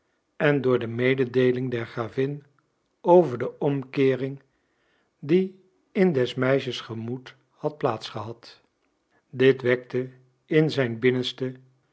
en door de mededeeling der gravin over de omkeering die in des meisjes gemoed had plaats gehad dit wekte in zijn binnenste